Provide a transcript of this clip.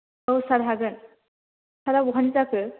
औ सार हागोन सारा बहानि जाखो